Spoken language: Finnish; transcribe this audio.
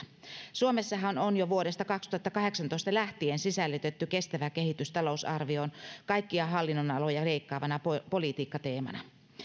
suomessahan on jo vuodesta kaksituhattakahdeksantoista lähtien sisällytetty kestävä kehitys talousarvioon kaikkia hallinnonaloja leikkaavana politiikkateemana